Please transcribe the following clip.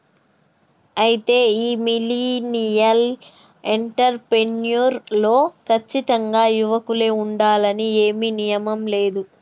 అయితే ఈ millennial entrepreneur లో కచ్చితంగా యువకులే ఉండాలని ఏమీ నియమం లేదు